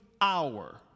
hour